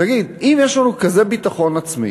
תגיד, אם יש לנו כזה ביטחון עצמי